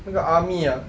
那个 army ah